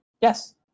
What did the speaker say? Yes